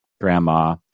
grandma